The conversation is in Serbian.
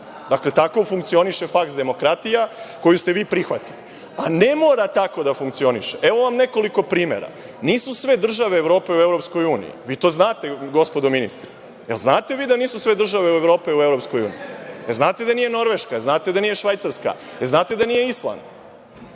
Dakle, tako funkcioniše faks demokratija koju ste vi prihvatili, a ne mora tako da funkcioniše. Evo vam nekoliko primera. Nisu sve države Evrope u EU, vi to znate gospodo ministri. Jel znate da nisu sve države u Evropi u EU? Jel znate da nije Norveška, jel znate da nije Švajcarska, jel znate da nije Island?